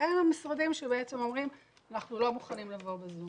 אלה המשרדים שאומרים אנחנו לא מוכנים לבוא ב"זום".